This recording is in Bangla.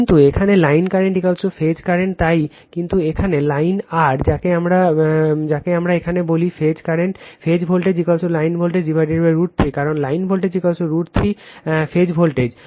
কিন্তু এখানে লাইন কারেন্ট ফেজ কারেন্ট তাই কিন্তু এখানে লাইন r যাকে আমরা এখানে বলি ফেজ ভোল্টেজ লাইন ভোল্টেজ √ 3 কারণ লাইন ভোল্টেজ √ 3 বার ফেজ ভোল্টেজ